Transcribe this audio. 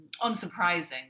unsurprising